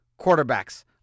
quarterbacks